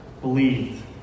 believed